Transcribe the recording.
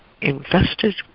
invested